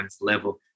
level